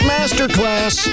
Masterclass